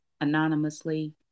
anonymously